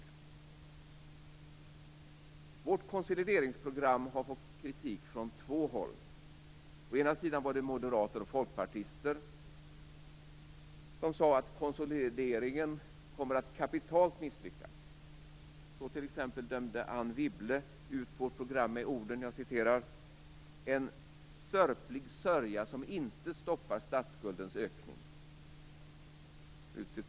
Vårt konsolideringsprogram har fått kritik från två håll. Från ena hållet var det moderater och folkpartister som sade att konsolideringen kommer att misslyckas kapitalt. Så t.ex. dömde Anne Wibble ut vårt program med följande ord: "- en sörplig sörja som inte stoppar statsskuldens ökning".